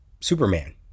Superman